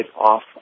off